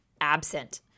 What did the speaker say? absent